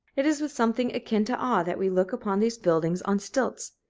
it is with something akin to awe that we look upon these buildings on stilts,